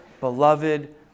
beloved